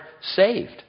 saved